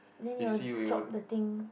then you will drop the thing